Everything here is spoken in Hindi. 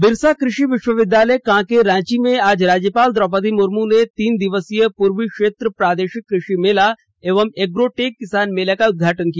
बिरसा कृषि विश्वविद्यालय कांके रांची में आज राज्यपाल द्रौपदी मुर्मू ने तीन दिवसीय पूर्वी क्षेत्र प्रादेशिक कृषि मेला एवं एग्रोटेक किसान मेला का उद्घाटन किया